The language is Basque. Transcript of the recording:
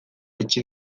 itxi